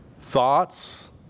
thoughts